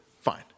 Fine